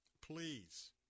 Please